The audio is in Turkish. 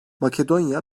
makedonya